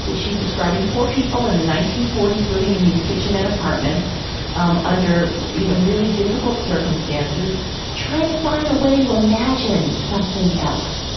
she's describing poor people in the nineteen forty s living in these kitchenette apartments um under you know really difficult circumstances trying to find a way to imagine something else,